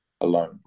alone